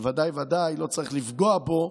ובוודאי ובוודאי לא צריך לפגוע בו,